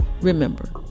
Remember